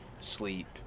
sleep